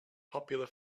popular